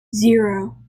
zero